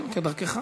כן, כדרכך.